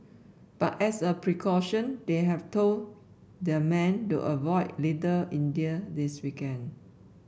but as a precaution they have told their men to avoid Little India this weekend